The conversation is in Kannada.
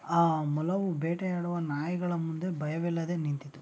ಆ ಮೊಲವು ಬೇಟೆಯಾಡುವ ನಾಯಿಗಳ ಮುಂದೆ ಭಯವಿಲ್ಲದೆ ನಿಂತಿತ್ತು